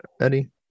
Eddie